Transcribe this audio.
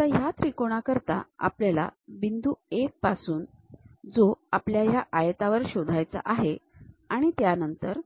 आता या त्रिकोणाकरिता आपल्याला बिंदू 1 पासून जो आपल्याला ह्या आयतावर शोधायचा आहे आणि त्यानंतर